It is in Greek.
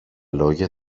λόγια